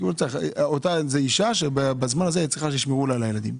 כי זו אישה שבזמן הזה היא צריכה שישמרו לה על הילדים.